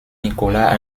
nicolas